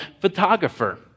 photographer